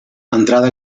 entrada